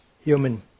human